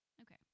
Okay